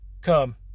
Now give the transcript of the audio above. Come